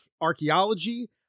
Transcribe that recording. archaeology